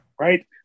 Right